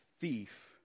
thief